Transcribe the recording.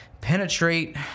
penetrate